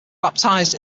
baptised